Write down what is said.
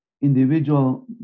individual